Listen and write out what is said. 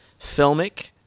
filmic